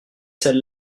celle